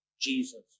Jesus